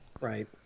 Right